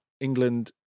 England